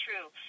true